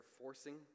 forcing